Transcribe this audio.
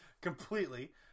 completely